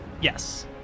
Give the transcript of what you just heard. Yes